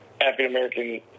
African-American